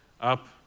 up